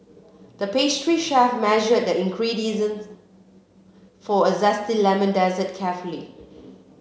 the pastry chef measured the ingredient for a zesty lemon dessert carefully